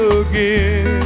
again